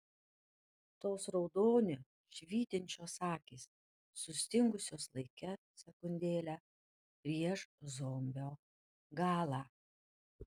tos raudoniu švytinčios akys sustingusios laike sekundėlę prieš zombio galą